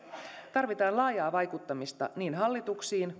tarvitaan laajaa vaikuttamista niin hallituksiin